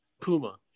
Puma